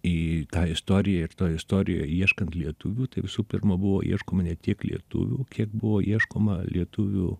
į tą istoriją ir toj istorijoj ieškant lietuvių tai visų pirma buvo ieškoma ne tiek lietuvių kiek buvo ieškoma lietuvių